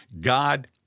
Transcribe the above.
God